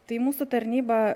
tai mūsų tarnyba